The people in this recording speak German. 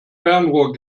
fernrohr